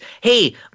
hey